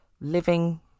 living